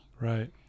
right